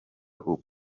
ubu